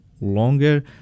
longer